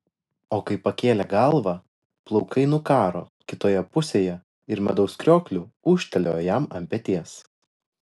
o kai pakėlė galvą plaukai nukaro kitoje pusėje ir medaus kriokliu ūžtelėjo jam ant peties